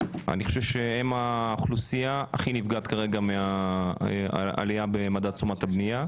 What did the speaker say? אני חושב שהם האוכלוסייה הכי נפגעת כרגע מהעלייה במדד תשומות הבנייה.